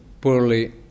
poorly